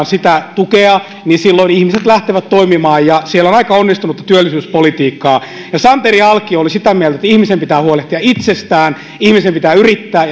sitä tukea niin silloin ihmiset lähtevät toimimaan ja siellä on aika onnistunutta työllisyyspolitiikkaa santeri alkio oli sitä mieltä että ihmisen pitää huolehtia itsestään ihmisen pitää yrittää